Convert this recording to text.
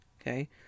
Okay